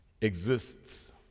exists